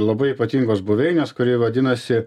labai ypatingos buveinės kuri vadinasi